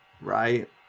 right